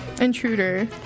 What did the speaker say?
Intruder